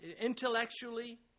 intellectually